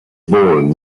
born